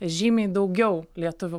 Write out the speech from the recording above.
žymiai daugiau lietuvių